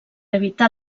evitar